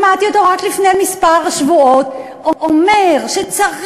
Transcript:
שמעתי אותו רק לפני כמה שבועות אומר שצריך